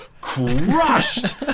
crushed